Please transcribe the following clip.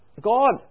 God